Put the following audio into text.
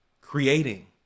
creating